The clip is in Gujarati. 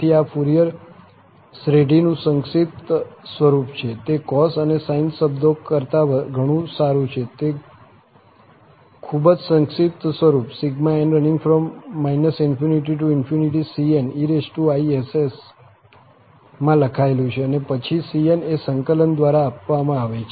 તેથી આ ફુરિયર શ્રેઢીનું સંક્ષિપ્ત સ્વરૂપ છે તે cos અને sin શબ્દો કરતાં ઘણું સારું છે તે ખૂબ જ સંક્ષિપ્ત સ્વરૂપ ∑n ∞ cneissમાં લખાયેલું છે અને પછી cn ને સંકલન દ્વારા આપવામાં આવે છે